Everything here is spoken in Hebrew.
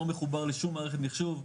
לא מחובר לשום מערכת מחשוב,